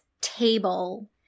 table